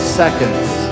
seconds